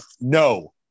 No